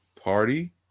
party